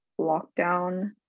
lockdown